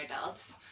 adults